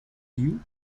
you